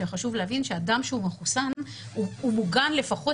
חשוב להבין שאדם שהוא מחוסן - הוא מוגן לפחות